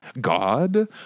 God